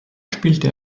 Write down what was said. spielte